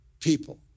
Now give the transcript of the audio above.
People